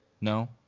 No